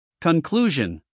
Conclusion